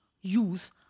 use